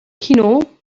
kino